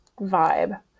vibe